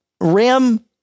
Ram